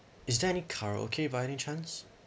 is there any karaoke by any chance